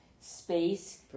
space